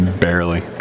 barely